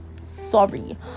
sorry